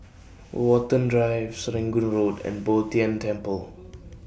Watten Drive Serangoon Road and Bo Tien Temple